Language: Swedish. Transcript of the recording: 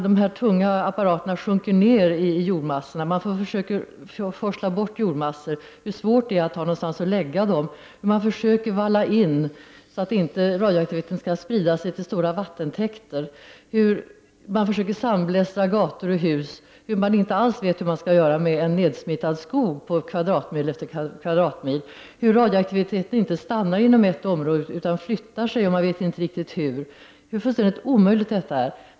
Dessa tunga apparater sjunker ned i jordmassorna och man får försöka forsla bort jordmassorna. Det är svårt att hitta någontans att lägga dem. Man försöker att valla in, så att inte radioaktiviteten skall sprida sig till stora vattentäkter. Man försöker sandblästra gator och hus. Man vet inte alls hur man skall göra med en kvadratmil efter kvadratmil nedsmittad skog. Radioaktiviteten stannar inte inom ett område utan flyttar sig, och man vet inte riktigt hur. Detta är fullständigt omöjligt.